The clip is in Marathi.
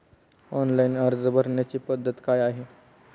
ऑनलाइन अर्ज भरण्याची पद्धत काय आहे?